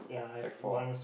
sec four